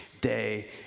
day